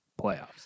playoffs